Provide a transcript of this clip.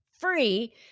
free